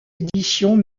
editions